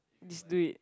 just do it